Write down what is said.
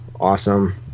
awesome